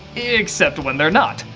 except when they're not.